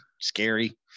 scary